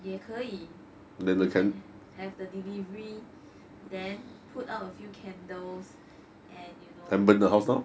也可以 we can have the delivery then put up a few candles and you know